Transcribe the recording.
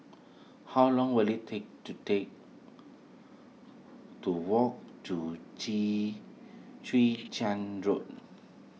how long will it take to take to walk to Chwee Chwee Chian Road